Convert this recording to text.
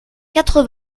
quatre